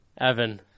Evan